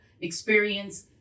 experience